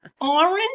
orange